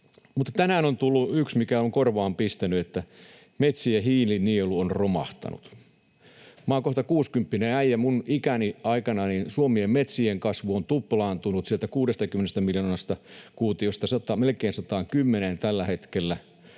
tänään on tullut yksi väite, mikä on korvaan pistänyt, että ”metsien hiilinielu on romahtanut”. Olen kohta kuusikymppinen äijä, ja minun ikäni aikana Suomen metsien kasvu on tuplaantunut sieltä 60 miljoonasta kuutiosta melkein 110:een tällä hetkellä.